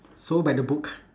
so by the book